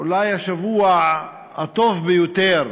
אולי השבוע הטוב ביותר,